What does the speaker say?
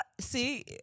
See